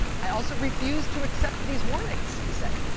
i also refuse to accept these warnings, he said.